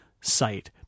site